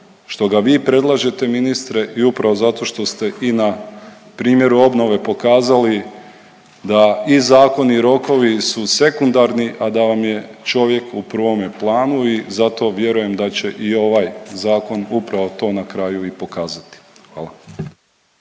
što ga vi predlažete ministre i upravo zato što ste i na primjeru obnove pokazali da i zakoni i rokovi su sekundarni, a da vam je čovjek u prvome planu i zato vjerujem da će i ovaj zakon upravo to na kraju i pokazati. Hvala.